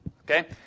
Okay